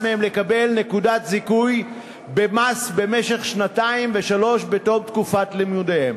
מהם לקבל נקודת זיכוי במס במשך שנתיים ושלוש שנים מתום תקופת לימודיהם.